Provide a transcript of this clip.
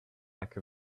like